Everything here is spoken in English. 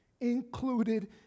included